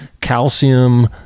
calcium